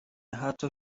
حتی